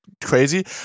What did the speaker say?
crazy